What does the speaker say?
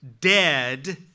dead